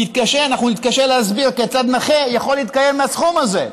אנחנו נתקשה להסביר כיצד נכה יכול להתקיים מהסכום הזה.